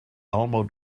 alamo